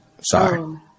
Sorry